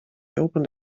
opened